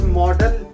model